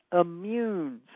immune